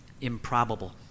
Improbable